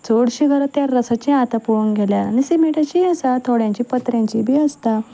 चडशीं घरां टॅर्रसाचीं आतां पळोवंक गेल्यार आनी शिमिटाचींंय आसा थोड्यांचीं पत्र्यांचींय बी आसता